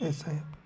ऐसा ही